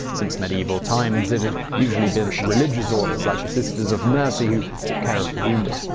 since medieval times, it had usually been religious orders like the sisters of mercy who took care of the wounded.